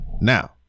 now